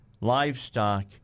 livestock